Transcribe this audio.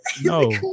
no